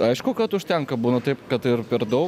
aišku kad užtenka būna taip kad ir per dau